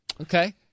Okay